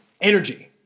energy